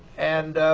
and